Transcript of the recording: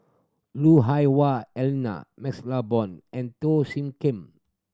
Lui Hah Wah Elena MaxLe Blond and Teo Soon Kim